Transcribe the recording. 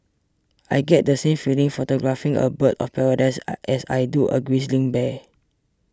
I get the same feeling photographing a bird of paradise as I do a grizzly bear